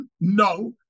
no